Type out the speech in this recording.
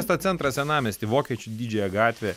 miesto centrą senamiestį vokiečių didžiąją gatvę